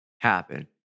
happen